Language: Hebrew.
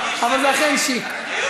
אבל זה אכן שיק.